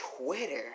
Twitter